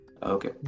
Okay